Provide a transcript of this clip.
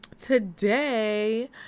Today